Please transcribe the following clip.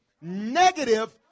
negative